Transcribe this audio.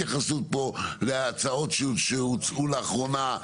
אין התייחסות פה להצעות שהוצעו לאחרונה,